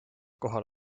kohal